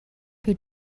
who